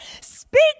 Speak